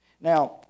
Now